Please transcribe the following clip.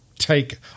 Take